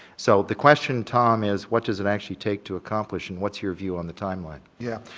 so, the question, tom, is what does and actually take to accomplish and what's your view on the timeline? yeah,